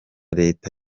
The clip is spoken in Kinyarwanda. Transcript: leta